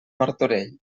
martorell